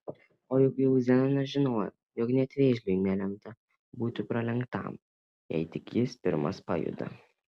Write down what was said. o juk jau zenonas žinojo jog net vėžliui nelemta būti pralenktam jei tik jis pirmas pajuda